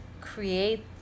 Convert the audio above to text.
create